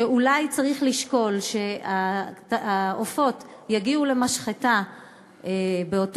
שאולי צריך לשקול שהעופות יגיעו למשחטה באותו